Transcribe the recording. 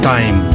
Time